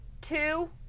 two